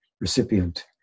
recipient